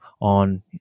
on